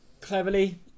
cleverly